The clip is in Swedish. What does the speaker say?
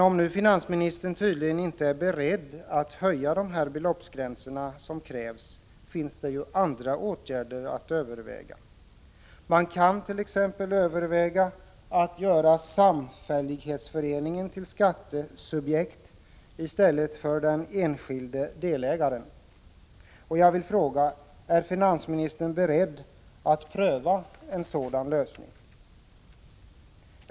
Om nu finansministern inte är beredd att genomföra den nödvändiga höjningen av beloppsgränserna, går det ju att överväga andra åtgärder. Man kant.ex. överväga att göra samfällighetsföreningen till skattesubjekt i stället för den enskilde delägaren. Jag vill fråga: Är finansministern beredd att pröva en sådan lösning?